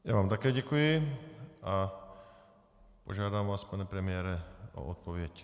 Já vám také děkuji a požádám vás, pane premiére, o odpověď.